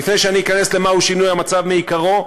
לפני שאני אכנס למה הוא שינוי המצב מעיקרו,